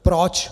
Proč?